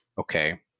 okay